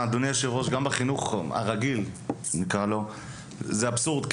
אדוני היו"ר, גם בחינוך ה"רגיל" זה אבסורד.